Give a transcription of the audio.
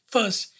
First